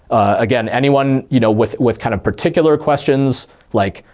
again, anyone, you know, with with kind of particular questions like,